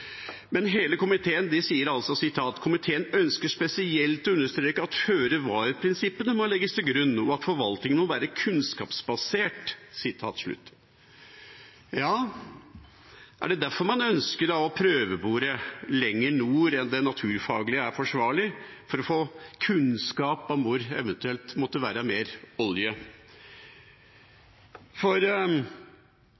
Hele komiteen sier at den ønsker «spesielt å understreke at føre-var-prinsippene må ligge til grunn og at forvaltningen må være kunnskapsbasert». Er det derfor man ønsker å prøvebore lenger nord enn det naturfaglig er forsvarlig, for å få kunnskap om hvor det eventuelt måtte være mer olje?